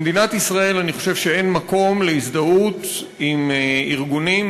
אני חושב שבמדינת ישראל אין מקום להזדהות עם ארגונים,